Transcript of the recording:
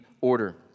order